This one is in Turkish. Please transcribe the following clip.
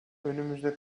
önümüzde